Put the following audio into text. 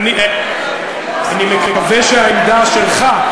אני מקווה שהעמדה שלך,